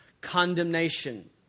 condemnation